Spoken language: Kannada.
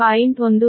15 p